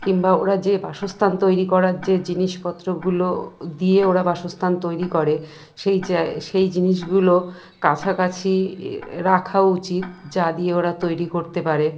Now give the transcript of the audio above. কিংবা ওরা যে বাসস্থান তৈরি করার যে জিনিসপত্রগুলো দিয়ে ওরা বাসস্থান তৈরি করে সেই সেই জিনিসগুলো কাছাকাছি রাখা উচিত যা দিয়ে ওরা তৈরি করতে পারে